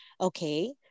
okay